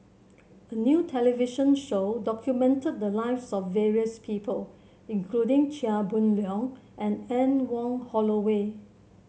a new television show documented the lives of various people including Chia Boon Leong and Anne Wong Holloway